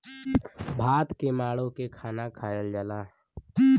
भात के माड़ो के खाना खायल जाला